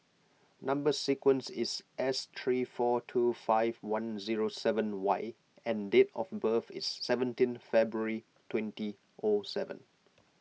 Number Sequence is S three four two five one zero seven Y and date of birth is seventeen February twenty O seven